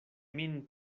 min